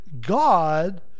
God